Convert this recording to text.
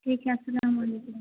ٹھیک ہے السلام علیکم